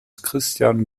christian